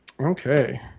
Okay